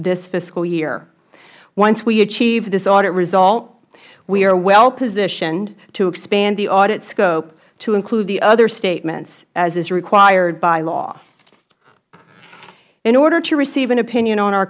fiscal year once we achieve this audit result we are wellpositioned to expand the audit scope to include the other statements as is required by law in order to receive an opinion on our